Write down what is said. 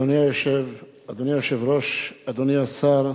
אדוני היושב-ראש, אדוני השר,